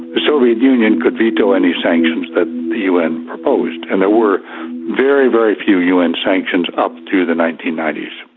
the soviet union could veto any sanctions that the un proposed. and there were very, very few un sanctions up to the nineteen ninety s,